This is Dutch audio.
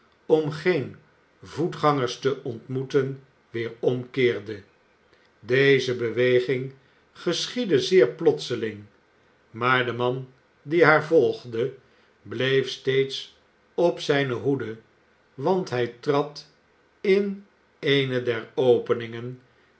om geen voetgangers te ontmoeten weer omkeerde deze beweging geschiedde zeer plotseling maar de man die haar volgde bleef steeds op zijne hoede want hij trad in eene der openingen